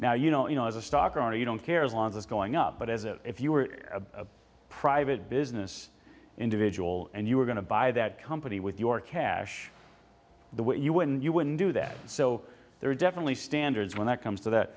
now you know you know as a stock or you don't care as long as it's going up but as if you were a private business individual and you were going to buy that company with your cash the what you wouldn't you wouldn't do that so there are definitely standards when it comes to that